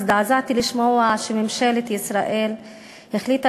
הזדעזעתי לשמוע שממשלת ישראל החליטה